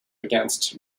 against